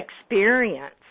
experience